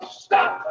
stop